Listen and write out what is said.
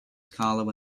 carlo